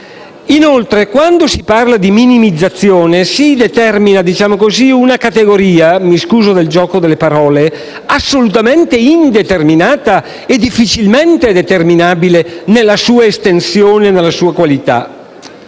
Inoltre, quando si parla di minimizzazione, si definisce una categoria assolutamente indeterminata e difficilmente determinabile nella sua estensione e qualità.